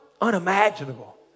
unimaginable